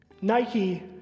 Nike